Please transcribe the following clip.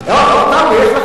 טוב, אז טאבו יש לך.